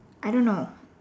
I don't know